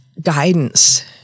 guidance